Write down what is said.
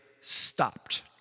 stopped